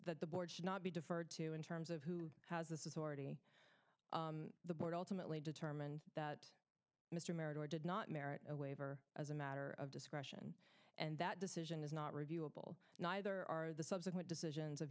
that the board should not be deferred to in terms of who has this is already the board ultimately determined that mr meridor did not merit a waiver as a matter of discretion and that decision is not reviewable neither are the subsequent decisions of